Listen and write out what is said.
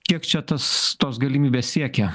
kiek čia tas tos galimybės siekia